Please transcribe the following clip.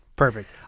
Perfect